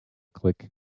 click